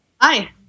Hi